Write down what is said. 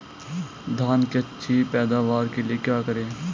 धान की अच्छी पैदावार के लिए क्या करें?